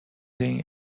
این